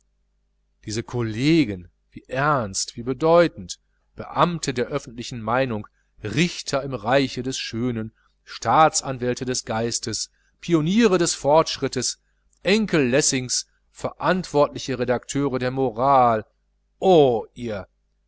diese collegen wie ernst wie bedeutend beamte der öffentlichen meinung richter im reiche des schönen staatsanwälte des geistes pioniere des fortschritts enkel lessings verantwortliche redakteure der moral oh ihr